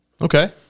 Okay